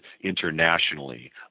internationally